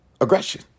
aggression